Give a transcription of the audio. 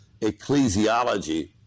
ecclesiology